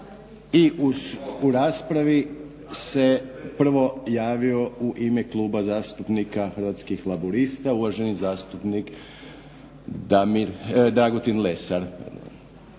U raspravi se prvo javio u ime Kluba zastupnika Hrvatskih laburista uvaženi zastupnik Dragutin Lesar.